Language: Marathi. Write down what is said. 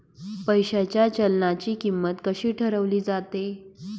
पैशाच्या चलनाची किंमत कशी ठरवली जाते